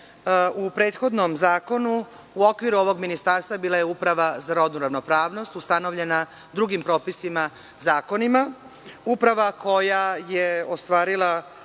u prethodnom zakonu, u okviru ovog ministarstva bila je Uprava za rodnu ravnopravnost, ustanovljena drugim propisima, zakonima, uprava koja je ostvarila